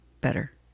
better